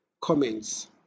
comments